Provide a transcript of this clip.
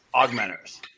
augmenters